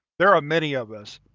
there are many of us,